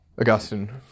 Augustine